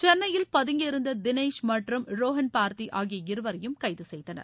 சென்னையில் பதங்கியிருந்த தினேஷ் மற்றும் ரோஹன் பார்தி ஆகிய இருவரையும் கைது செய்தனர்